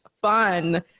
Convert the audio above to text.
fun